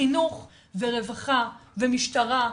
חינוך ורווחה ומשטרה,